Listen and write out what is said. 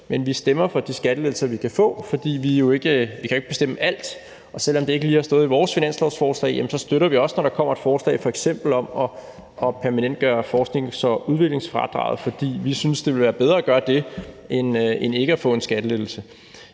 men vi stemmer for de skattelettelser, vi kan få. For vi kan jo ikke bestemme alt, og selv om det ikke lige har stået i vores finanslovsforslag, støtter vi det også, når der f.eks. kommer et forslag om at permanentgøre forsknings- og udviklingsfradraget. For vi synes, det ville være bedre at gøre det end ikke at få en skattelettelse.